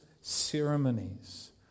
ceremonies